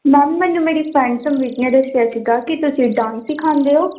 ma'am ਮੈਨੂੰ ਮੇਰੀ friend Smriti ਨੇ ਦੱਸਿਆ ਸੀਗਾ ਕਿ ਤੁਸੀਂ ਡਾਂਸ ਸਿਖਾਉਂਦੇ ਹੋ